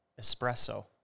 Espresso